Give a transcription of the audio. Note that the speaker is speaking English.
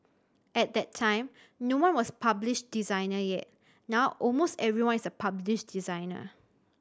at that time no one was a published designer yet now almost everyone is a published designer